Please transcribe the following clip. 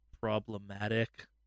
problematic